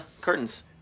curtains